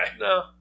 No